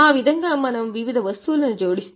ఆ విధంగా మనం వివిధ వస్తువులను జోడిస్తాము